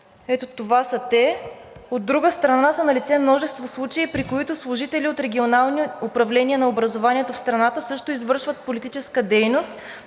Ето това са те. „От друга страна са налице множество случаи, при които служители от регионални управления на образованието в страната също извършват политическа дейност